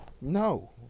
No